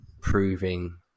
proving